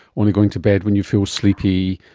only going to bed when you feel sleepy,